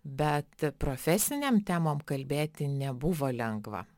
bet profesinėm temom kalbėti nebuvo lengva